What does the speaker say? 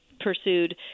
pursued